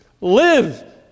Live